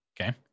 Okay